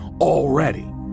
already